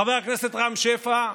חבר הכנסת רם שפע,